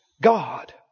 God